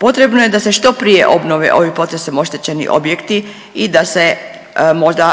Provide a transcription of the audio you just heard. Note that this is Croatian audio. Potrebno je da se što prije obnove ovi potresom oštećeni objekti i da se možda